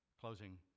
Closing